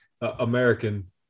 american